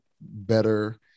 better